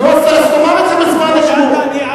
אז תאמר את זה בזמן הדיון.